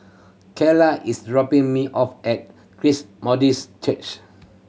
Kylah is dropping me off at Christ Methodist Church